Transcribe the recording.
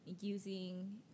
using